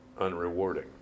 unrewarding